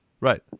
Right